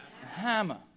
hammer